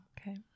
Okay